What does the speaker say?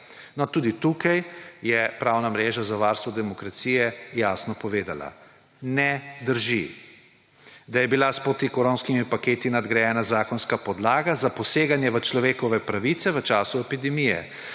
tudi tukaj je Pravna mreža za varstvo demokracije jasno povedala, da ne drži, da je bila s protikoronskimi paketi nadgrajena zakonska podlaga za poseganje v človekove pravice v času epidemije.